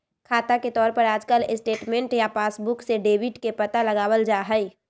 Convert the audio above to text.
खाता के तौर पर आजकल स्टेटमेन्ट या पासबुक से डेबिट के पता लगावल जा हई